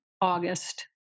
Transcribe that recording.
August